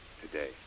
today